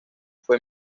fue